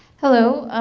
hello,